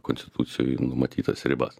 konstitucijoj numatytas ribas